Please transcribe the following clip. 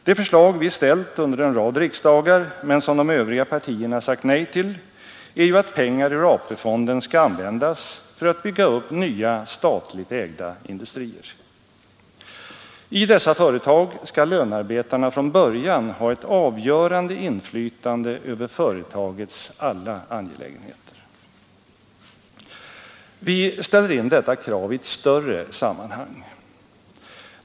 Det förslag som vi ställt under en rad riksdagar, men som de övriga partierna sagt nej till, är ju att pengar ur AP-fonden skall användas för att bygga upp nya statligt ägda industrier. I dessa företag skall lönearbetarna från början ha ett avgörande inflytande över företagets alla angelägenheter. Vi ställer in detta krav i ett större sammanhang.